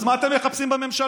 אז מה אתם מחפשים בממשלה?